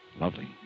lovely